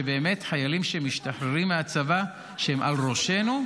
שבאמת חיילים שמשתחררים מהצבא, שהם על ראשנו,